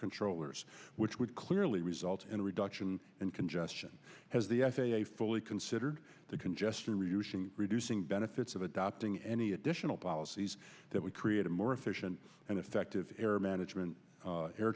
controllers which would clearly result in a reduction in congestion has the f a a fully considered the congestion reducing reducing benefits of adopting any additional policies that would create a more efficient and effective air management a